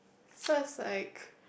so I like